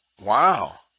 Wow